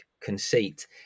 conceit